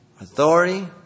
Authority